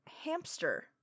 Hamster